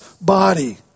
body